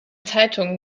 zeitungen